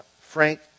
Frank